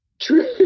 True